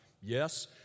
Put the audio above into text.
yes